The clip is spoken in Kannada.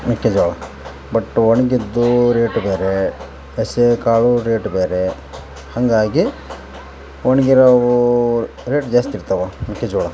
ಮೆಕ್ಕೆ ಜೋಳ ಬಟ್ ಒಣಗಿದ್ದೂ ರೇಟ್ ಬೇರೆ ಹಸಿ ಕಾಳು ರೇಟ್ ಬೇರೆ ಹಂಗಾಗಿ ಒಣ್ಗಿರೋವು ರೇಟ್ ಜಾಸ್ತಿ ಇರ್ತಾವೆ ಮೆಕ್ಕೆ ಜೋಳ